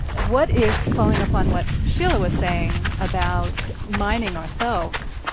what if, following up on what sheila was saying about mining ourselves,